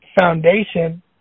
foundation